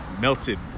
melted